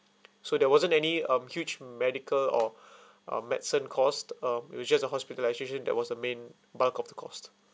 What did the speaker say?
so there wasn't any um huge medical or um medicine cost um it was just a hospitalisation that was the main bulk of the cost